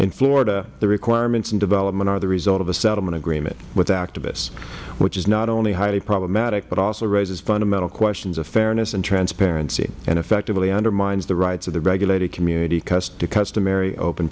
florida the requirements in development are the result of a settlement agreement with activists which is not only highly problematic but also raises fundamental questions of fairness and transparency and effectively undermines the rights of the regulated community to customary open